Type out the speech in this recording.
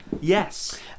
yes